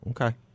Okay